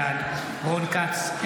בעד רון כץ,